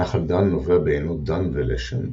נחל דן נובע בעינות דן ולשם,